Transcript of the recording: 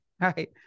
Right